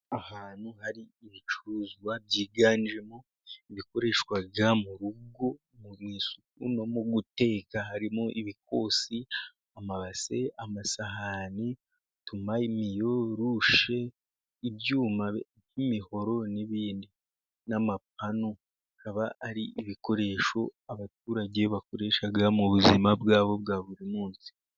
Ahantu hari ibicuruzwa byiganjemo ibikoreshwa mu rugo, mu isuku no mu guteka harimo ibikosi, amabase, amasahani, utumamiyo, rushe, ibyuma n'imihoro, n'ibindi, n'amapanu, bikaba ari ibikoresho abaturage bakoresha mu buzima bwa bo bwa buri munsi.